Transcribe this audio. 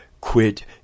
quit